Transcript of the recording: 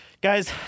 guys